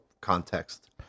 context